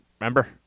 Remember